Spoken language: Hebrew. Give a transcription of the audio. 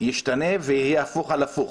ישתנה ויהיה הפוך על הפוך.